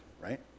right